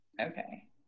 Okay